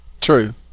True